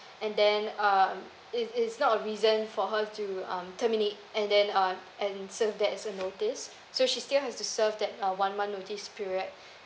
and then um it's it's not a reason for her to um terminate and then uh and so that is a notice so she still has to serve that uh one month notice period